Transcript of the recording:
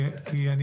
כי אני